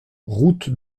route